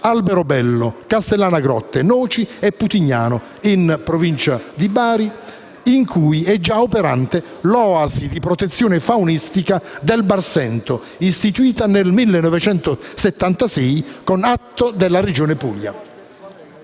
Alberobello, Castellana Grotte, Noci e Putignano, in provincia di Bari, in cui è già operante l'oasi di protezione faunistica del Barsento istituita nel 1976 con atto della Regione Puglia.